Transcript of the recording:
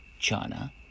China